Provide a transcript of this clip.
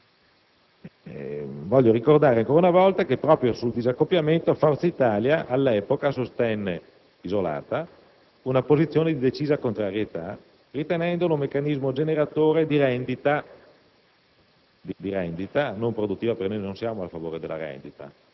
senza più legare l'intervento comunitario all'effettiva produzione. Voglio ricordare, ancora una volta, che proprio sul disaccoppiamento Forza Italia, all'epoca, espresse - isolata - una posizione di decisa contrarietà, ritenendo il meccanismo un generatore di rendita